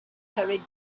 hurried